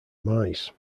mice